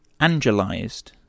angelized